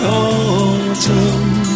autumn